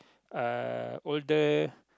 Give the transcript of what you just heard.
uh older